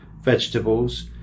vegetables